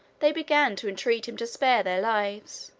they began to entreat him to spare their lives,